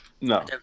no